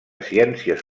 ciències